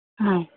হয়